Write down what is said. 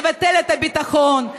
נבטל את הביטחון,